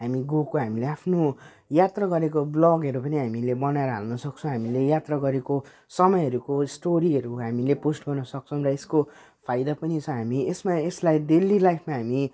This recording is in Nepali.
हामी गएको हामी आफ्नो यात्रा गरेको ब्लगहरू पनि हामीले बनाएर हाल्नसक्छौँ हामीले यात्रा गरेको समयहरूको स्टोरीहरू हामीले पोस्ट गर्न सक्छौँ र यसको फाइदा पनि छ हामी यसमा यसलाई डेली लाइफमा हामी